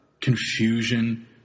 confusion